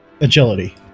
agility